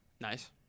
Nice